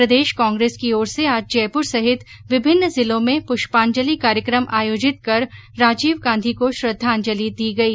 प्रदेश कांग्रेस की ओर से आज जयपुर सहित विभिन्न जिलों में पुष्पाजंलि कार्यकम आयोजित कर राजीवगांधी को श्रद्धाजंलि दी गई